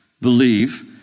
believe